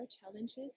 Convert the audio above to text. challenges